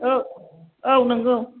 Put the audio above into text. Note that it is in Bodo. औ औ नंगौ